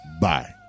Bye